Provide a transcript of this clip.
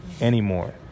anymore